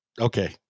okay